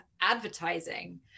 advertising